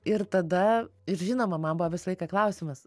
ir tada ir žinoma man buvo visą laiką klausimas